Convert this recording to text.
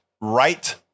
right